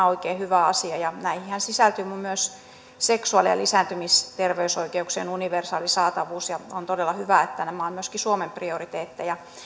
oikein hyvä asia ja näihinhän sisältyy myös seksuaali ja lisääntymisterveysoikeuksien universaali saatavuus on todella hyvä että nämä ovat myöskin suomen prioriteetteja